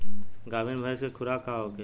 गाभिन भैंस के खुराक का होखे?